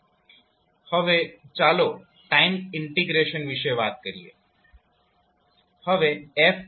હવે ચાલો time integration વિશે વાત કરીએ